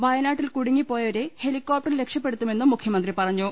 വയനാട്ടിൽ കുടുങ്ങി പോയവരെ ഹെലികോപ്ട റിൽ രക്ഷപ്പെടുത്തു മെന്നും മുഖ്യമന്ത്രി പറഞ്ഞു